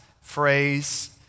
phrase